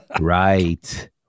Right